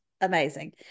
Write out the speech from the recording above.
amazing